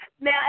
Now